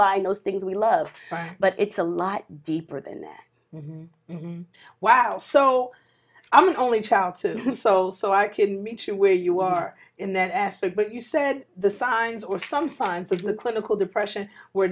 buying those things we love but it's a lot deeper than that wow so i'm an only child to do so so i can meet you where you are in that aspect but you said the signs or some signs of the clinical depression were